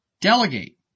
Delegate